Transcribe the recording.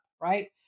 right